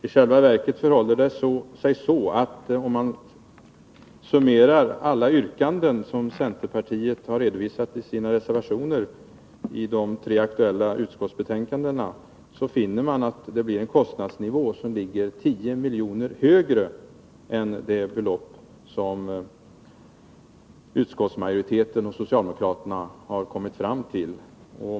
I själva verket förhåller det sig så, att om man summerar alla yrkanden som centerpartiet framför i sina reservationer i de tre aktuella utskottsbetänkan dena, finner man att bifall till dessa skulle innebära kostnader på 10 milj.kr... NF 150 mer än det belopp som utskottsmajoriteten och socialdemokraterna har Torsdagen den kommit fram till.